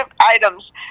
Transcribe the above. items